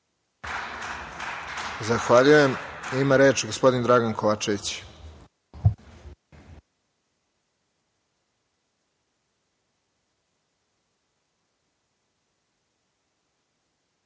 Zahvaljujem. Reč ima gospodin Dragan Kovačević.